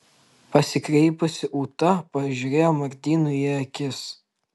pasikreipusi ūta pažiūrėjo martynui į akis